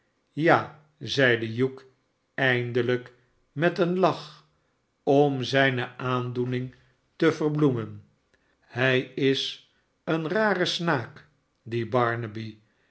ja zeide hugh eindelijk met een lach om zijne aandoeningte verbloemen hij is een rare snaak die